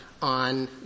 on